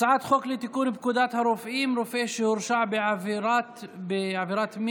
הצעת חוק לתיקון פקודת הרופאים (רופא שהורשע בעבירת מין),